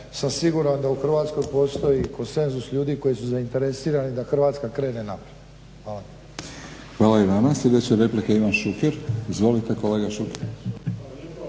siguran da u Hrvatskoj postoji konsenzus ljudi koji su zainteresirani da Hrvatska krene naprijed. Hvala. **Batinić, Milorad (HNS)** Hvala i vama. Sljedeća replika Ivan Šuker. Izvolite kolega Šuker.